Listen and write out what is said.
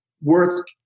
work